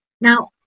now